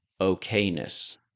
okayness